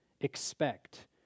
expect